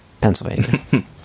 Pennsylvania